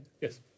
yes